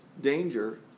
danger